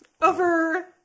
Over